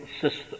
system